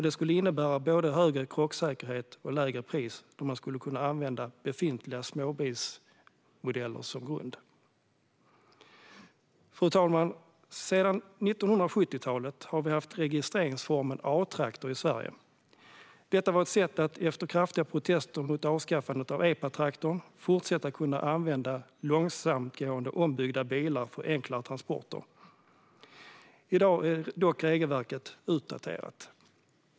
Det skulle innebära både högre krocksäkerhet och lägre pris då man skulle kunna använda befintliga småbilsmodeller som grund. Fru talman! Sedan 1970-talet har vi haft registreringsformen A-traktor i Sverige. Detta var ett sätt att, efter kraftiga protester mot avskaffandet av epatraktorn, fortsatt kunna använda långsamtgående ombyggda bilar för enklare transporter. I dag är dock regelverket daterat.